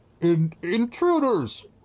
intruders